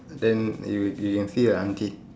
then you you can see a aunty